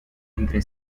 entre